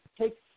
take